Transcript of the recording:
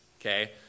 okay